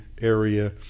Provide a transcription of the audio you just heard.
area